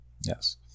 Yes